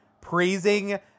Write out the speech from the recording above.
praising